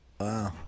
Wow